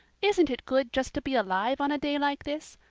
isn't it good just to be alive on a day like this?